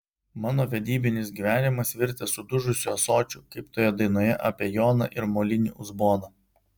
mano vedybinis gyvenimas virtęs sudužusiu ąsočiu kaip toje dainoje apie joną ir molinį uzboną